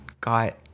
got